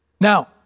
Now